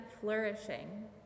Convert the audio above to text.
flourishing